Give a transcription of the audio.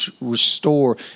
restore